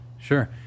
sure